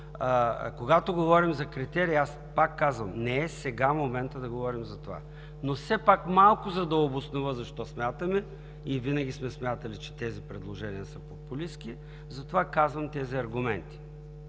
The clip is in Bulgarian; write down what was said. Когато говорим за критерии, аз пак казвам – не е сега моментът да говорим за това, но все пак малко, за да обоснова защо смятаме и винаги сме смятали, че тези предложения са популистки, затова казвам тези аргументи.